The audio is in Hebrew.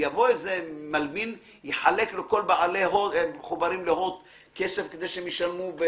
יבוא מלבין ויחלק לכל המחוברים להוט כסף כדי שהם ישלמו?